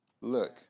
Look